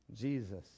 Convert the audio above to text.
Jesus